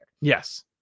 Yes